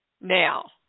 Now